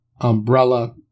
umbrella